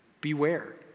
beware